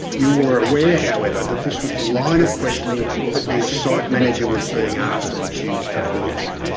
you were aware, however, that this was the line of questioning that your site manager was being asked on tuesday, weren't you?